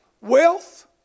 wealth